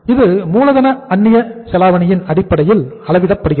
இது மூலதன அந்நியச் செலாவணியின் அடிப்படையில் அளவிடப்படுகிறது